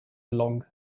along